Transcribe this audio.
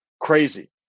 crazy